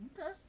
Okay